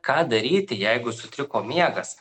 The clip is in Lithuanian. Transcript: ką daryti jeigu sutriko miegas